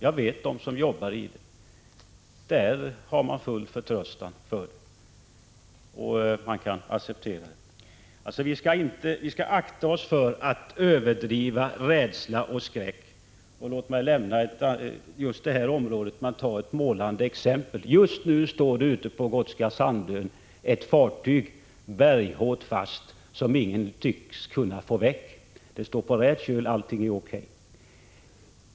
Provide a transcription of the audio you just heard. Jag vet att de som jobbar i anläggningen är fulla av förtröstan och kan acceptera systemet. Vi skall akta oss för att överdriva rädsla och skräck. Låt mig lämna kärnkraftsområdet, men ta ett annat målande exempel. Just nu står det ett fartyg berghårt fast ute vid Gotska Sandön. Ingen tycks kunna få väck fartyget, trots att det står på rätt köl och allt är O.K.